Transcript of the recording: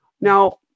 Now